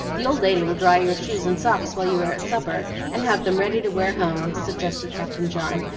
the old lady will dry your shoes and socks while you are at supper, and have them ready to wear home, suggested captain john,